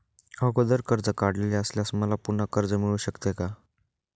अगोदर कर्ज काढलेले असल्यास मला पुन्हा कर्ज मिळू शकते का?